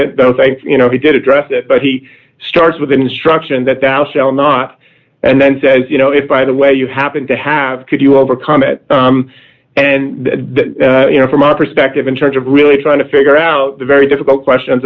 it you know he did address it but he starts with an instruction that al shall not and then says you know if by the way you happen to have could you overcome it and you know from our perspective in terms of really trying to figure out the very difficult question